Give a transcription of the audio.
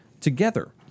together